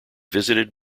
visited